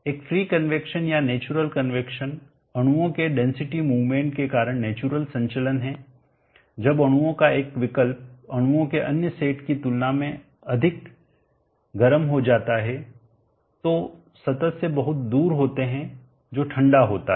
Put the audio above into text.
एक free convection या natural convection अणुओं के डेंसिटी मूवमेंट के कारण नेचुरल संचलन है जब अणुओं का एक विकल्प अणुओं के अन्य सेट की तुलना में अधिक गर्म हो जाता है जो सतह से बहुत दूर होते हैं जो ठंडा होता है